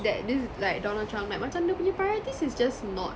that this like donald trump like macam dia punya priorities is just not